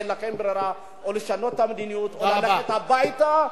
אין לכם ברירה: או לשנות את המדיניות או ללכת הביתה,